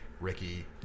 Ricky